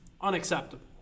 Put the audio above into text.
unacceptable